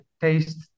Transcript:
taste